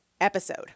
episode